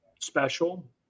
special